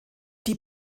die